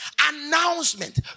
announcement